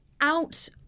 out